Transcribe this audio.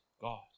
God